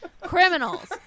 criminals